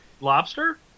lobster